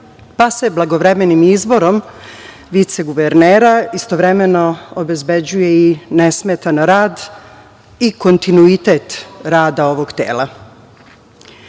pa se blagovremenim izborom viceguvernera istovremeno obezbeđuje i nesmetan rad i kontinuitet rada ovog tela. Ne